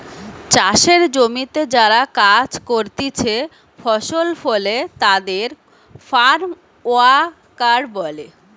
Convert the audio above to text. চাষের জমিতে যারা কাজ করতিছে ফসল ফলে তাদের ফার্ম ওয়ার্কার বলে